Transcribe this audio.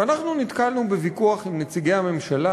ואנחנו נתקלנו בוויכוח עם נציגי הממשלה